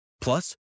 Plus